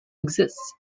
exists